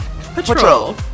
Patrol